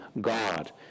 God